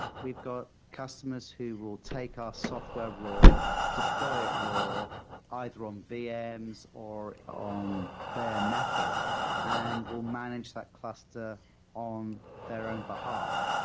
we've got customers who will take our software raw, deploy it raw either from um vms or on bare metal and will manage that cluster on their own behalf.